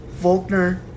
Volkner